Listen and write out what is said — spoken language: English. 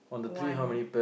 one